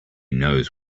knows